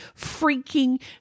freaking